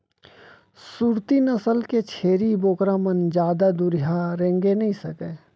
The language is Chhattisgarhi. सूरती नसल के छेरी बोकरा मन जादा दुरिहा रेंगे नइ सकय